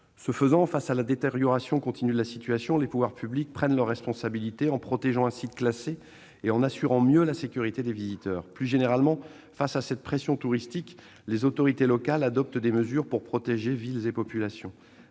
dissuasives. Face à la détérioration continue de la situation, les pouvoirs publics prennent leurs responsabilités en protégeant un site classé et en assurant mieux la sécurité des visiteurs. Plus généralement, face à cette pression touristique, les autorités locales adoptent des mesures pour protéger villes et populations.